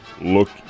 look